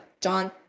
john